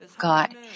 God